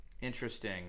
interesting